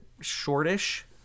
shortish